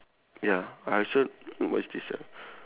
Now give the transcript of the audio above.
ya I also mm what is this ah